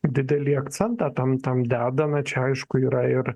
didelį akcentą tam tam dedam na čia aišku yra ir